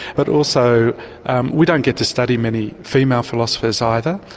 but also we don't get to study many female philosophers either,